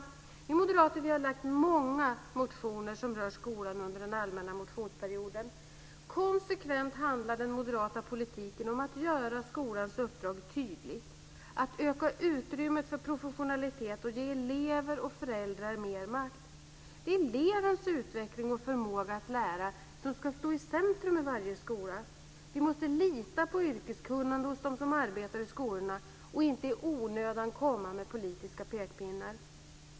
Vi moderater har under den allmänna motionsperioden väckt många motioner som rör skolan. Konsekvent handlar den moderata politiken om att göra skolans uppdrag tydligt, att öka utrymmet för professionalitet och att ge elever och föräldrar mer makt. Det är elevens utveckling och förmåga att lära som ska stå i centrum i varje skola. Vi måste lita på yrkeskunnandet hos dem som arbetar i skolorna och inte i onödan komma med politiska pekpinnar.